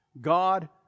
God